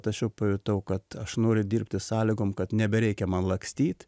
tačiau pajutau kad aš noriu dirbti sąlygom kad nebereikia man lakstyt